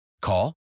Call